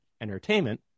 entertainment